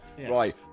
Right